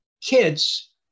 kids